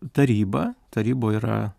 taryba taryboj yra